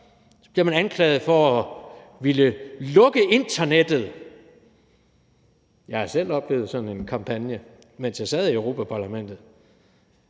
Så bliver man anklaget for at ville lukke internettet. Jeg har selv oplevet sådan en kampagne, mens jeg sad i Europa-Parlamentet.